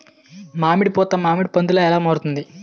మామిడి పూత మామిడి పందుల ఎలా మారుతుంది?